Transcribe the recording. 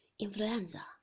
influenza